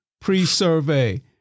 pre-survey